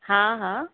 हा हा